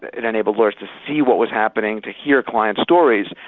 it enabled us to see what was happening, to hear clients' stories.